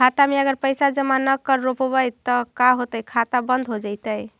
खाता मे अगर पैसा जमा न कर रोपबै त का होतै खाता बन्द हो जैतै?